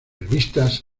revistas